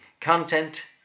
content